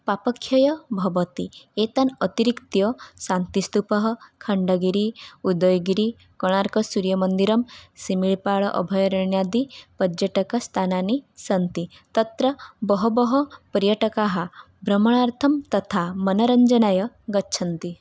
पापक्षयः भवति एतान् अतिरिक्त्य शान्तिस्थूपः खण्डगिरि उदयगिरि कोणार्क सूर्यमन्दिरं सिमील्पाल् अभयारण्यादि पर्यटकस्थानानि सन्ति तत्र बहवः पर्यटकाः भ्रमणार्थं तथा मनोरञ्जनाय गच्छन्ति